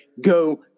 go